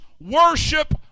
worship